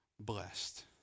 Blessed